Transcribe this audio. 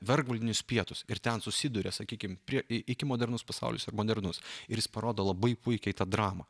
vergvaldinius pietus ir ten susiduria sakykim prie ikimodernus pasaulis ir modernus ir jis parodo labai puikiai tą dramą